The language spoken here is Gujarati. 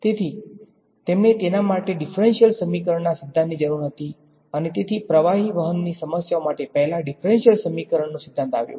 તેથી તેમને તેના માટે માટે ડીફરંશીયલ સમીકરણોના સિદ્ધાંતની જરૂર હતી અને તેથી પ્રવાહી વહનની સમસ્યાઓ માટે પહેલા ડીફરંશીયલ સમીકરણોનો સિદ્ધાંત આવ્યો